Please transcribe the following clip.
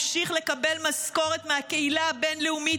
המשיך לקבל משכורת מהקהילה הבין-לאומית